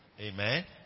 Amen